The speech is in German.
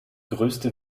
größte